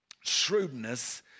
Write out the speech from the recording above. shrewdness